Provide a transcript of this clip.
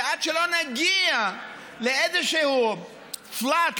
ועד שלא נגיע לאיזשהו flat,